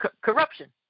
corruption